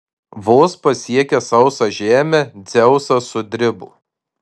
vos pasiekęs sausą žemę dzeusas sudribo